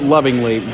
Lovingly